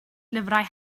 lyfrau